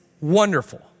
wonderful